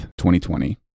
2020